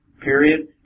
period